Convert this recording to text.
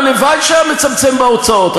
הלוואי שהיה מצמצם בהוצאות,